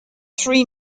three